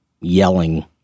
yelling